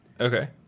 okay